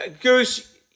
Goose